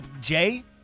Jay